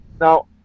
Now